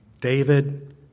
David